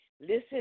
listen